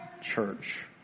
church